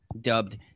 dubbed